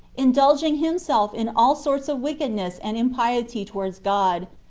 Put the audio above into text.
indulging himself in all sorts of wickedness and impiety towards god,